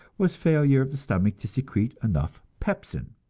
was failure of the stomach to secrete enough pepsin,